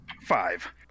Five